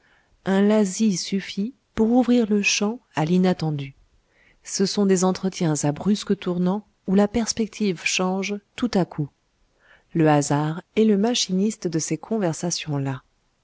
un lazzi suffit pour ouvrir le champ à l'inattendu ce sont des entretiens à brusques tournants où la perspective change tout à coup le hasard est le machiniste de ces conversations là